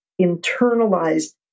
internalized